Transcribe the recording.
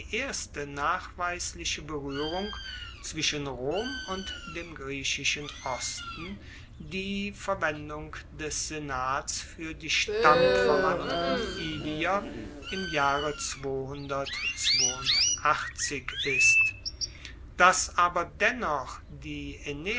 erste nachweisliche beruehrung zwischen rom und dem griechischen osten die verwendung des senats fuer die stammverwandten ilier im jahre ist dass aber dennoch die